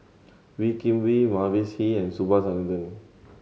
Wee Kim Wee Mavis Hee and Subhas Anandan